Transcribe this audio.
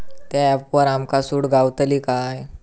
त्या ऍपवर आमका सूट गावतली काय?